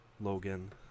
Logan